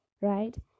right